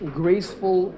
graceful